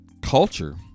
culture